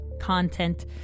content